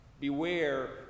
Beware